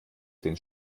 den